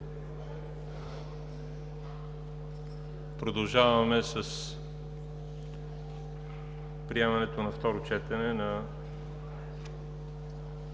Продължаваме с приемането на второ четене на